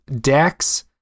Dax